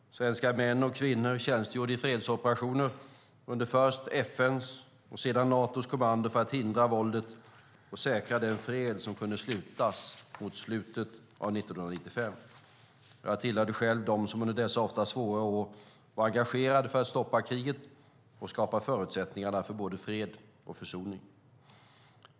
Svenska män och kvinnor tjänstgjorde i fredsoperationer under först FN:s och sedan Natos kommando för att hindra våldet och säkra den fred som kunde slutas mot slutet av 1995. Jag tillhörde själv dem som under dessa ofta svåra år var engagerade för att stoppa kriget och skapa förutsättningarna för både fred och försoning.